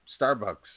Starbucks